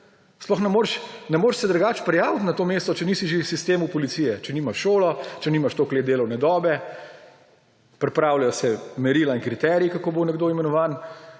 Ne moreš se drugače prijaviti na to mesto, če nisi že v sistemu policije, če nimaš šole, če nimaš toliko let delovne dobe, pripravljajo se merila in kriteriji, kako bo nekdo imenovan.